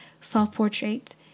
Self-Portrait